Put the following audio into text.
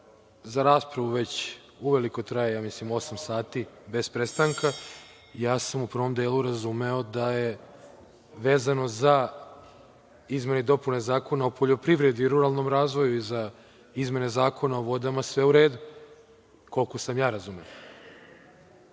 za raspravu već uveliko trajao, mislim osam sati bez prestanka, ja sam u prvom delu razumeo da je vezano za izmene i dopune Zakona o poljoprivredi i ruralnom razvoju i za izmene Zakona o vodama sve u redu. Koliko sam ja razumeo